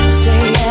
stay